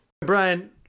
Brian